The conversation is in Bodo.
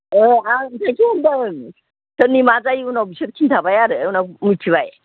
अ आं नोंखौसो होन्दों सोरनि मा जायो उनाव बिसोर खिन्थाबाय आरो उनाव मिथिबाय